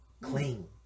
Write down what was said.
Clean